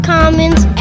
Commons